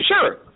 Sure